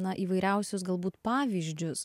na įvairiausius galbūt pavyzdžius